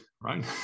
right